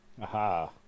Aha